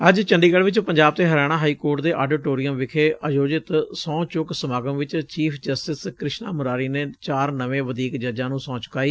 ੱਜ ਚੰਡੀਗੜ ਚ ਪੰਜਾਬ ਤੇ ਹਰਿਆਣਾ ਹਾਈ ਕੋਰਟ ਦੇ ਆਡੀਟੋਰੀਅਮ ਵਿਖੇ ਆਯੋਜਿਤ ਸਹੂੰ ਚੁੱਕ ਸਮਾਗਮ ਵਿਚ ਚੀਫ ਜਸਟਿਸ ਕ੍ਰਿਸ਼ਨਾ ਮੁਰਾਰੀ ਨੇ ਚਾਰ ਨਵੇਂ ਵਧੀਕ ਜੱਜਾਂ ਨ੍ਰੰ ਸਹੁੰ ਚੁਕਾਈ